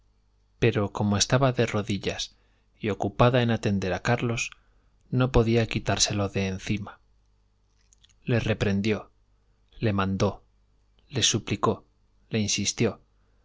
pero coono estaba de rodillas y ocupada en atender a carlos no podía quitárselo de encima le reprendió le mandó le suplicó le insistió